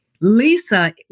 Lisa